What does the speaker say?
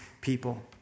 people